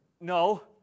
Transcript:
No